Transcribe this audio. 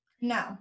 No